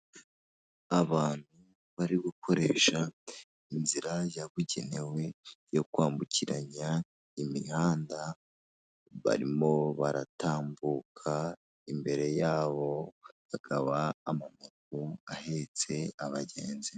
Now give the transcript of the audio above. Abantu bari gukoresha inzira yabugenewe yo kwambukiranya imihanda barimo baratambuka, imbere yabo hakaba amamoto ahetse abagenzi.